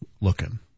looking